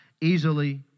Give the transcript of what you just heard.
easily